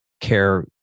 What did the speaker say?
care